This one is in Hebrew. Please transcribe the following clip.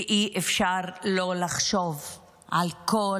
ואי אפשר שלא לחשוב על כל האנשים,